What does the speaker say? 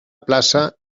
plaça